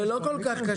זה לא כל כך קשה.